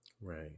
Right